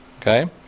Okay